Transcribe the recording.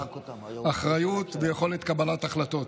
אחריות ויכולת קבלת החלטות.